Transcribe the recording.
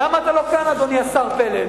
למה אתה לא כאן, אדוני השר פלד?